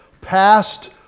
past